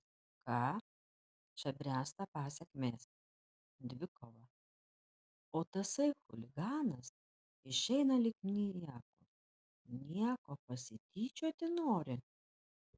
ką čia bręsta pasekmės dvikova o tasai chuliganas išeina lyg niekur nieko pasityčioti nori